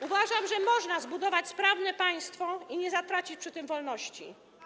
Uważam, że można zbudować sprawne państwo i nie zatracić przy tym wolności.